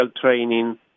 training